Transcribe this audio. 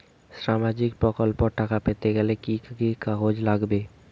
সামাজিক প্রকল্পর টাকা পেতে গেলে কি কি কাগজ লাগবে?